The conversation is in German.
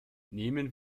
nehmen